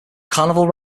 carnival